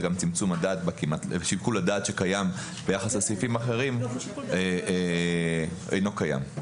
וגם שיקול הדעת שקיים ביחס לסעיפים האחרים אינו קיים,